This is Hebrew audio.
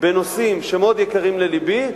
בנושאים שמאוד יקרים ללבי,